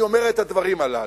אני אומר את הדברים האלה.